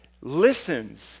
listens